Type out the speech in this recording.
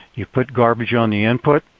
you put garbage on the input.